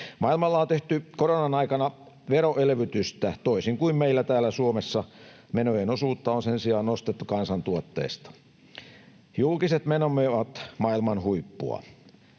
Maailmalla on tehty koronan aikana veroelvytystä, toisin kuin meillä täällä Suomessa, missä menojen osuutta kansantuotteesta on sen sijaan nostettu. Julkiset menomme ovat maailman huippua.